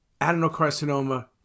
adenocarcinoma